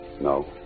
No